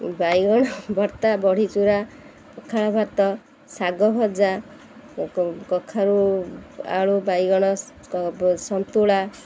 ବାଇଗଣ ଭର୍ତ୍ତା ବଢ଼ିଚୁରା କଖାଳ ଭାତ ଶାଗ ଭଜା କଖାରୁ ଆଳୁ ବାଇଗଣ ସନ୍ତୁଳା